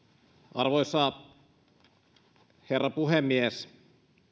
arvoisa herra puhemies